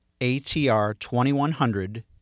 ATR2100